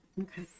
okay